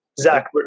Zach